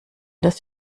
das